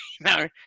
No